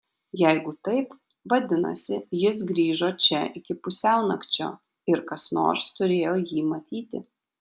jeigu taip vadinasi jis grįžo čia iki pusiaunakčio ir kas nors turėjo jį matyti